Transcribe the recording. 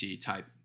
type